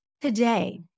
today